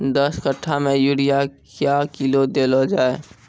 दस कट्ठा मे यूरिया क्या किलो देलो जाय?